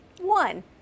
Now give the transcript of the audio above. One